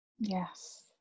Yes